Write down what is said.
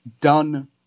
done